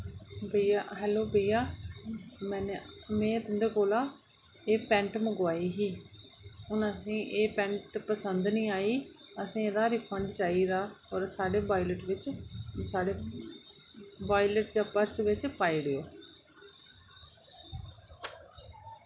भैया हैलो भैया मैंने में तुं'दे कोला एह् पैंट मंगोआई ही हून असें एह् पैंट पसंद नेईं आई असें एह्दा रिफंड चाहिदा और साढ़े वालेट विच साढ़े वालेट जां पर्स बिच पाई ओड़यो